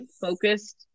focused